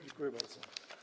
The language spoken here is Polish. Dziękuję bardzo.